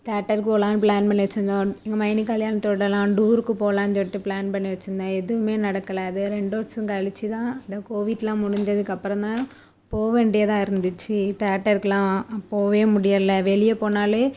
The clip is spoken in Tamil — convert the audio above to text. தேட்டர் போகலான்னு ப்ளான் பண்ணி வெச்சுருந்தோம் எங்கள் மைனி கல்யாணத்தோடலாம் டூருக்கு போகலான்னு சொல்லிட்டு ப்ளான் பண்ணி வெச்சுருந்தேன் எதுவுமே நடக்கலை அது ரெண்டு வருஷம் கழிச்சி தான் அந்த கோவிடெலாம் முடிஞ்சதுக்கப்புறம் தான் போக வேண்டியதாக இருந்துச்சு தேட்டர்க்கெலாம் போகவே முடியலை வெளியே போனாலே